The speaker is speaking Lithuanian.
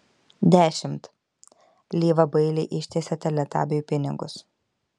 dešimt lyva bailiai ištiesė teletabiui pinigus